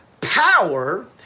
power